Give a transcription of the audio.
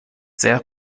sehr